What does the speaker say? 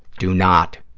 do not